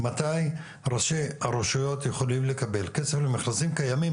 מתי ראשי הרשויות יכולים לקבל כסף למכרזים קיימים?